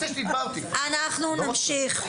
אנחנו נמשיך.